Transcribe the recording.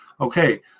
Okay